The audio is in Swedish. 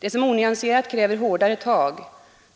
De som onyanserat kräver ”hårdare tag”